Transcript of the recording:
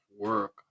work